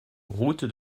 route